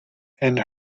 and